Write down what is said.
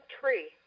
tree